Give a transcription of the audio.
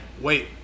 wait